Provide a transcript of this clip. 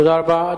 תודה רבה.